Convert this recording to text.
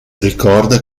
ricorda